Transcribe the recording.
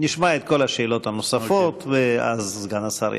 נשמע את כל השאלות הנוספות ואז סגן השר ישיב.